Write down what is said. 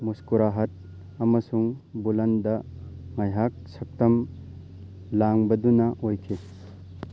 ꯃꯨꯁꯀꯨꯔꯥꯍꯠ ꯑꯃꯁꯨꯡ ꯕꯨꯂꯟꯗ ꯉꯥꯏꯍꯥꯛ ꯁꯛꯇꯝ ꯂꯥꯡꯕꯗꯨꯅ ꯑꯣꯏꯈꯤ